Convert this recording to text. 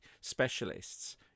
specialists